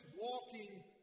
walking